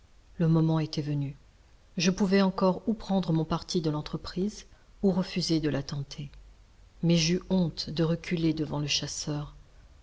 le moment était venu je pouvais encore ou prendre mon parti de l'entreprise ou refuser de la tenter mais j'eus honte de reculer devant le chasseur